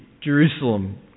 Jerusalem